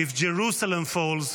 "If Jerusalem falls,